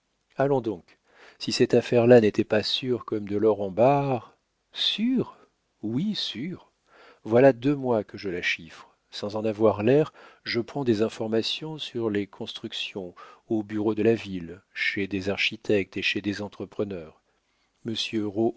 allons donc si cette affaire-là n'était pas sûre comme de l'or en barres sûre oui sûre voilà deux mois que je la chiffre sans en avoir l'air je prends des informations sur les constructions au bureau de la ville chez des architectes et chez des entrepreneurs